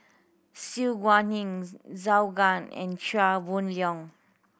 Su Guaning Zhou Can and Chia Boon Leong